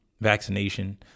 vaccination